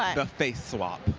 and face swap.